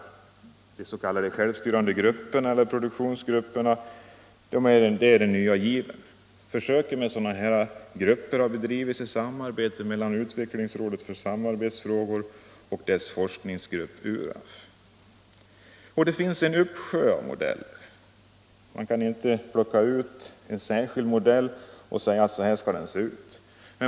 Det är de s.k. självstyrande grupperna eller produktionsgrupper som är den nya given. Försöken med sådana grupper har bedrivits i samarbete med utvecklingsrådet för samarbetsfrågor och dess forskningsgrupp URAF. Det finns en uppsjö av modeller. Man kan inte plocka ut en särskild modell och säga att så här skall den se ut.